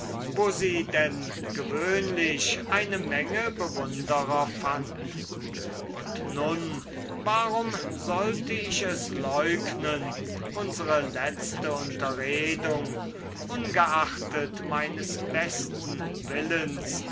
wo sie denn gewöhnlich eine menge bewunderer fand und nun warum sollte ich es leugnen unsere letzte unterredung ungeachtet meines besten willens